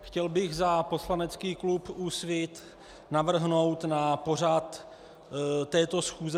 Chtěl bych za poslanecký klub Úsvit navrhnout na pořad této schůze